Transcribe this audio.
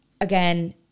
again